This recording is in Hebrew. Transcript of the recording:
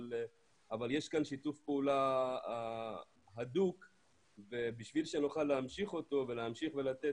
אבל יש כאן שיתוף פעולה הדוק ובשביל שנוכל להמשיך אותו ולהמשיך ולתת